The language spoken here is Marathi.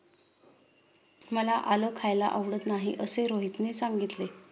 मला आलं खायला आवडत नाही असे रोहितने सांगितले